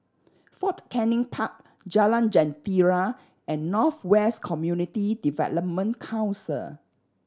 Fort Canning Park Jalan Jentera and North West Community Development Council